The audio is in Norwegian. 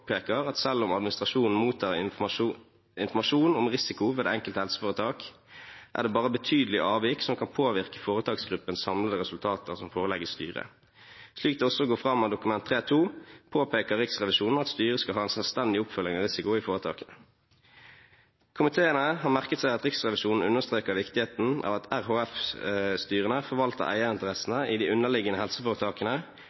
at selv om administrasjonen mottar informasjon om risiko ved det enkelte helseforetak, er det bare betydelig avvik som kan påvirke foretaksgruppens samlede resultater som forelegges styret. Slik det også går fram av Dokument 3:2 , påpeker Riksrevisjonen at styret skal ha en selvstendig oppfølging av risiko i foretakene. Komiteen har merket seg at Riksrevisjonen understreker viktigheten av at RHF-styrene forvalter